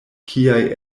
kiaj